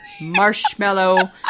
marshmallow